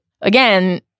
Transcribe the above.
again